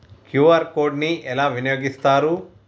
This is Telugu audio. క్యూ.ఆర్ కోడ్ ని ఎలా వినియోగిస్తారు?